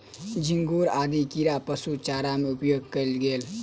झींगुर आदि कीड़ा पशु चारा में उपयोग कएल गेल